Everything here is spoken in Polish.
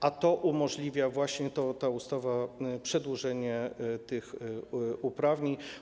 A to umożliwia właśnie ta ustawa - przedłużenie tych uprawnień.